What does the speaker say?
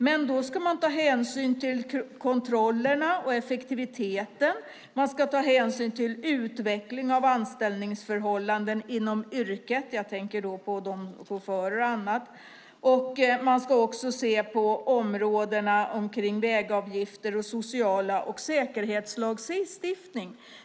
Men då ska man ta hänsyn till kontrollerna och effektiviteten, och man ska ta hänsyn till utveckling av anställningsförhållanden inom yrket - jag tänker på chaufförer och andra. Man ska också se på områdena som gäller vägavgifter samt social lagstiftning och säkerhetslagstiftning.